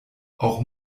auch